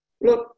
look